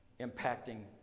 impacting